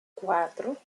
cuatro